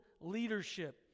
leadership